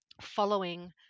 following